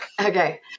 Okay